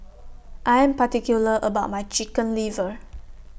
I Am particular about My Chicken Liver